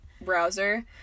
browser